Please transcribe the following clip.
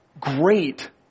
great